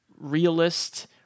realist